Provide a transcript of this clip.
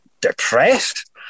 depressed